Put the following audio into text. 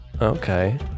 Okay